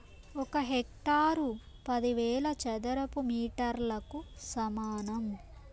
ఒక హెక్టారు పదివేల చదరపు మీటర్లకు సమానం